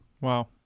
Wow